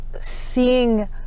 seeing